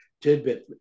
tidbit